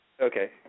Okay